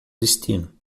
destino